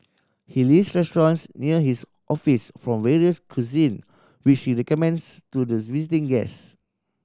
he lists restaurants near his office from various cuisine which he recommends to visiting guest